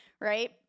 right